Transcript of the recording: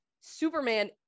Superman